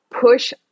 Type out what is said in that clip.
push